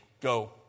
Go